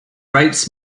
rights